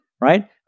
right